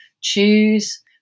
Choose